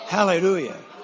Hallelujah